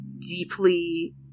deeply